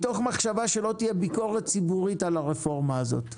מתוך מחשבה שלא תהיה ביקורת ציבורית על הרפורמה הזאת,